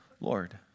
Lord